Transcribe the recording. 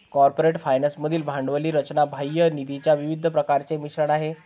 corporate finance मधील भांडवली रचना बाह्य निधीच्या विविध प्रकारांचे मिश्रण आहे